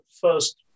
first